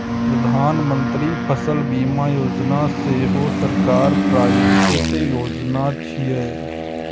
प्रधानमंत्री फसल बीमा योजना सेहो सरकार प्रायोजित योजना छियै